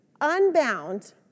unbound